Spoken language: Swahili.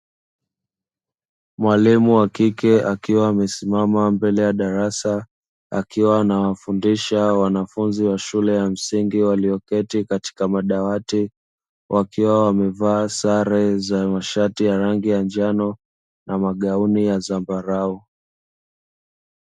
Mwalimu wa kike akiwa amesimama mbele ya darasa, akiwa anawafundisha wanafunzi wa shule ya msingi walioketi katika madawati, wakiwa wamevaa sare za mashati ya rangi ya njano na magauni ya zambarau.